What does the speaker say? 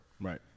Right